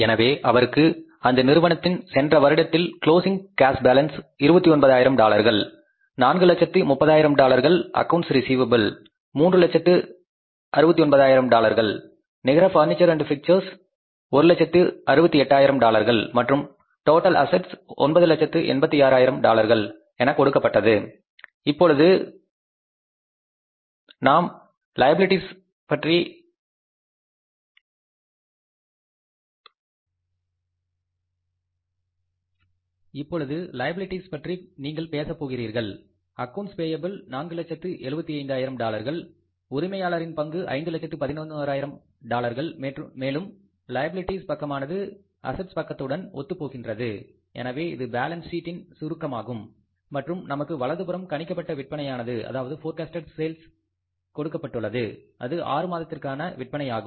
எனவே அவருக்கு அந்த நிறுவனத்தின் சென்ற வருடத்தின் கிளோசிங் கேஷ் பேலன்ஸ் 29 ஆயிரம் டாலர்கள் 4 லட்சத்து 30 ஆயிரம் டாலர்கள் அக்கவுண்ட்ஸ் ரிஸீவப்பில் 3 லட்சத்து 69 ஆயிரம் டாலர்கள் நிகர பர்னிச்சர்ஸ் அண்ட் பிக்சர்ஸ் ஒரு லட்சத்து 68 ஆயிரம் டாலர்கள் மற்றும் டோட்டல் அசெட்ஸ் 9 லட்சத்து 86 ஆயிரம் டாலர்கள் என கொடுக்கப்பட்டது இப்பொழுது லைபிலிட்டிஸ் பற்றி நீங்கள் பேச போகின்றீர்கள் அக்கவுண்ட்ஸ் பேயபிள் 4 லட்சத்து 75 ஆயிரம் டாலர்கள் உரிமையாளரின் பங்கு ஐந்து லட்சத்து 11 ஆயிரம் டாலர்கள் மேலும் லைபிலிட்டிஸ் பக்கமானது அசெட்ஸ் பக்கத்துடன் ஒத்துபோகின்றது எனவே இது பாலன்ஸ் சீட்டின் சுருக்கமாகும் மற்றும் நமக்கு வலதுபுறம் கணிக்கப்பட்ட விற்பனையானது கொடுக்கப்பட்டுள்ளது அது 6 மாதத்திற்கான விற்பனையாகும்